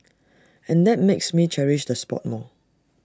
and that makes me cherish the spot more